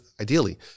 ideally